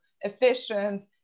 efficient